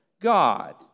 God